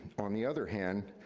on the other hand,